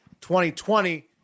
2020